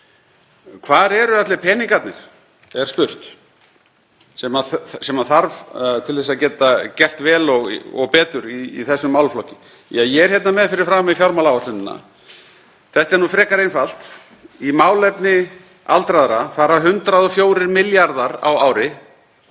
Hvar eru allir peningarnir sem þarf til þess að geta gert vel og betur í þessum málaflokki? er spurt. Ég er hérna með fyrir framan mig fjármálaáætlunina. Þetta er nú frekar einfalt. Í málefni aldraðra fara 104 milljarðar á ári,